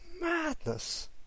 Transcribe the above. Madness